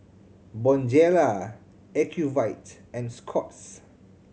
Bonjela Ocuvite and Scott's